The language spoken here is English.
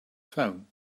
phone